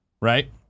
Right